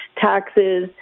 taxes